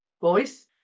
voice